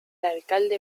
alcalde